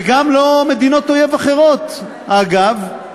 , חבר הכנסת פרופסור אבישי ברוורמן,